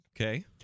Okay